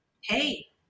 Hey